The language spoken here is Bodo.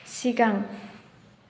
सिगां